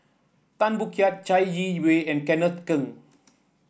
Tan Boo Liat Chai Yee Wei and Kenneth Keng